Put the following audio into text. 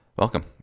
Welcome